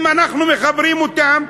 אם אנחנו מחברים אותם,